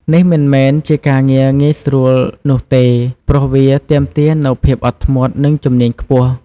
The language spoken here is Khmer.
នេះមិនមែនជាការងារងាយស្រួលនោះទេ ព្រោះវាទាមទារនូវភាពអត់ធ្មត់ និងជំនាញខ្ពស់។